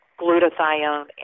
glutathione